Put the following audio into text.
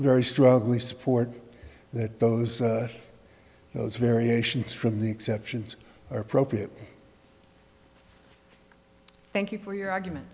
very strongly support that those those variations from the exceptions are appropriate thank you for your argument